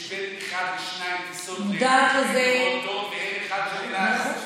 יש טיסה או שתיים לטורונטו ואין אחת של אל על,